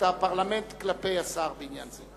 הפרלמנט כלפי השר בעניין זה.